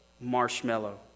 marshmallow